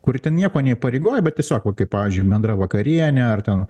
kur ten nieko neįpareigoja bet tiesiog vat kaip pavyzdžiui bendra vakarienė ar ten